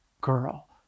girl